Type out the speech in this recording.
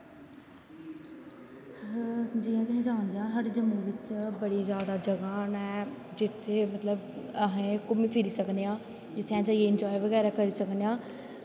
जि'यां तुस जानदे ओ साढ़े जम्मू बिच्च बड़ी जैदा जगह गै जित्थें मतलब अस घूम्मी फिरी सकने आं जित्थें जाइयै इंजाए बगैरा करी सकने आं